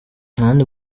abandi